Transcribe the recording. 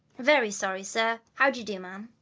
very sorry, sir. how de do, ma'am?